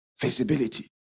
visibility